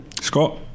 Scott